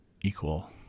equal